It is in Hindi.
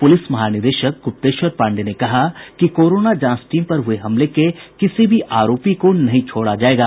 पुलिस महानिदेशक गुप्तेश्वर पांडेय ने कहा है कि कोरोना जांच टीम पर हुए हमले के किसी भी आरोपी को नहीं छोड़ा जायेगा